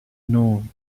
noon